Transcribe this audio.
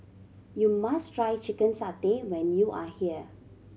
you must try chicken satay when you are here